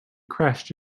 crashed